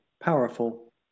powerful